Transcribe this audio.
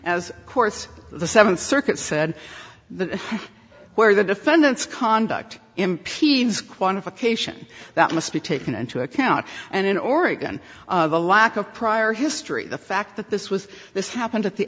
as course the seventh circuit said that where the defendant's conduct impedes quantification that must be taken into account and in oregon the lack of prior history the fact that this was this happened at the